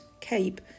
cape